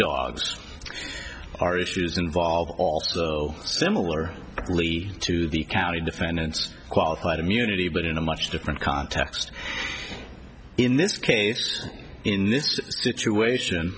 dogs are issues involved similar to the county defendants qualified immunity but in a much different context in this case in this situation